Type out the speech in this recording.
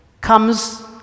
comes